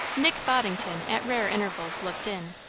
nick boddington at rare intervals looked in.